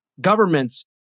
governments